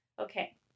Okay